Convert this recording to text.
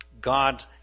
God